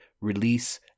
release